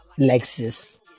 Lexus